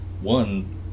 one